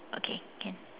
okay can